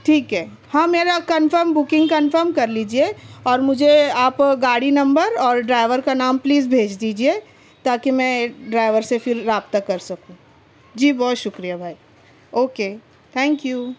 ٹھیک ہے ہاں میرا کنفرم بکنگ کنفرم کر لیجیے اور مجھے آپ گاڑی نمبر اور ڈرائیور کا نام پلیز بھیج دیجیے تاکہ میں ڈرائیور سے پھر رابطہ کر سکوں جی بہت شکریہ بھائی اوکے تھینک یو